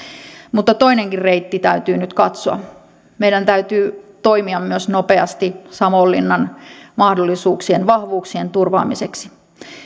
mutta toinenkin reitti täytyy nyt katsoa meidän täytyy toimia myös nopeasti savonlinnan mahdollisuuksien vahvuuksien turvaamiseksi